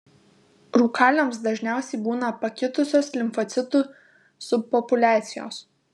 rūkaliams dažniausiai būna pakitusios limfocitų subpopuliacijos